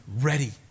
ready